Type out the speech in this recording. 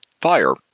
Fire